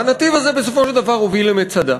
והנתיב הזה בסופו של דבר הוביל למצדה.